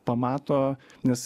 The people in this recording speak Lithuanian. pamato nes